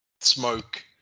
smoke